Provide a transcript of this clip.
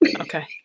Okay